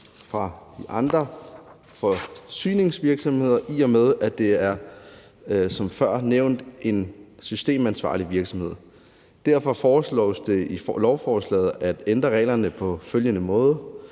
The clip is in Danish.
fra de andre forsyningsvirksomheder, i og med at det som før nævnt er en systemansvarlig virksomhed. Derfor foreslås det i lovforslaget at ændre reglerne på følgende måde: